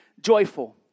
joyful